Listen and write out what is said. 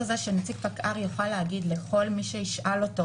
נציג פקע"ר יוכל להגיד לכל מי שישאל אותו: